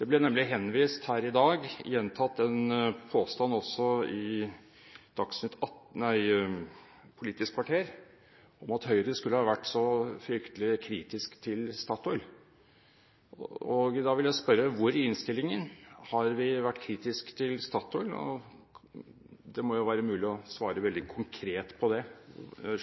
Det ble nemlig henvist til en påstand som er gjentatt her i dag – også nevnt i Politisk kvarter – om at Høyre skulle ha vært så fryktelig kritisk til Statoil. Da vil jeg spørre: Hvor i innstillingen har vi vært kritiske til Statoil? Det må jo være mulig å svare veldig konkret på det,